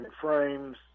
frames